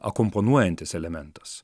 akompanuojantis elementas